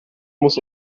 muss